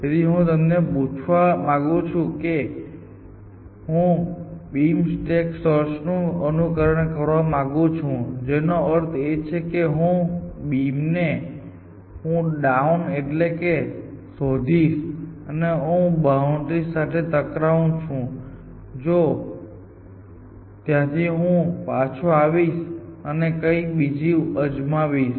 તેથી હું તમને પૂછવા માંગુ છું કે હું બીમ સ્ટેક સર્ચ નું અનુકરણ કરવા માંગુ છું જેનો અર્થ એ છે કે હું બીમ ને હું ડાઉન એટલે કે નીચે શોધીશ અને હું બાઉન્ડ્રી સાથે ટકરાવું છું તો હું ત્યાંથી પાછો આવીશ અને કંઈક બીજું અજમાવીશ